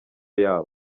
yabo